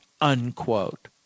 unquote